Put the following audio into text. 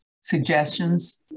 suggestions